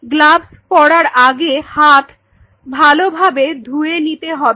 gloves পড়ার আগে হাত ভালোভাবে ধুয়ে নিতে হবে